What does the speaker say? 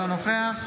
אינו נוכח